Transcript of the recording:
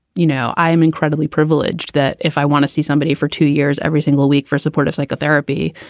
you know, i am incredibly privileged that if i want to see somebody for two years every single week for supportive psychotherapy,